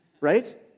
Right